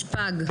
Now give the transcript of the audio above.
ו' באדר התשפ"ג.